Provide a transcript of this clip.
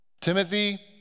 Timothy